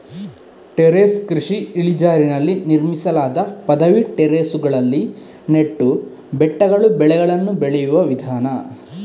terrace ಕೃಷಿ ಇಳಿಜಾರಿನಲ್ಲಿ ನಿರ್ಮಿಸಲಾದ ಪದವಿ ಟೆರೇಸುಗಳಲ್ಲಿ ನೆಟ್ಟು ಬೆಟ್ಟಗಳು ಬೆಳೆಗಳನ್ನು ಬೆಳೆಯುವ ವಿಧಾನ